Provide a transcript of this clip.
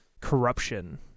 corruption